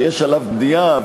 שיש עליו בנייה,